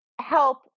help